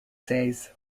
says